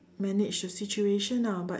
managed the situation lah but